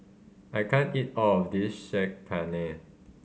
I can't eat all of this Saag Paneer